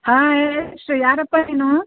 ಹಾಂ ಯಾರಪ್ಪ ನೀನು